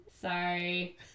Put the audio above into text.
Sorry